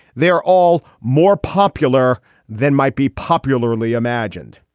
they're all more popular than might be popularly imagined.